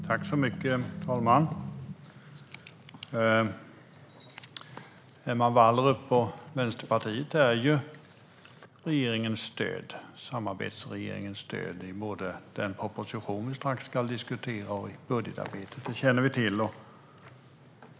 Herr talman! Emma Wallrup och Vänsterpartiet är samarbetsregeringens stöd i både den proposition vi strax ska diskutera och budgetarbetet; det känner vi till.